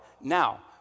now